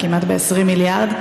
כמעט 20 מיליארד,